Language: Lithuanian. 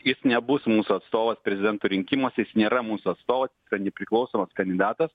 jis nebus mūsų atstovas prezidento rinkimuose jis nėra mūsų atstovas nepriklausomas kandidatas